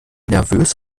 nervös